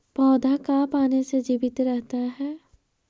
पौधा का पाने से जीवित रहता है?